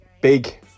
big